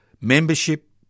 membership